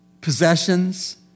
possessions